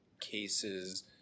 cases